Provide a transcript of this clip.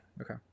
Okay